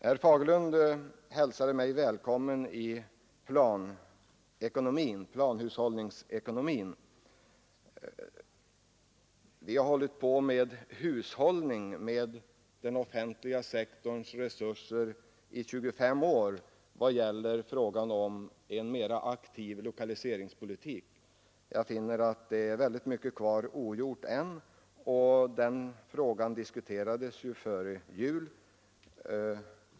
Herr Fagerlund hälsade mig välkommen i planhushållningsekonomin. Vi har i 25 år verkat för en hushållning med den offentliga sektorns resurser med avseende på en mera aktiv lokaliseringspolitik. Väldigt mycket är ogjort än. Den frågan diskuterades före jul.